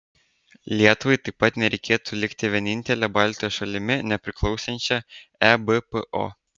lietuvai taip pat nereikėtų likti vienintele baltijos šalimi nepriklausančia ebpo